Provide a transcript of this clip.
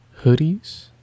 hoodies